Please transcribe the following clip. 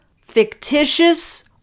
fictitious